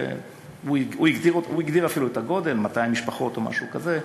והוא הגדיר אפילו את הגודל: 200 משפחות או משהו כזה,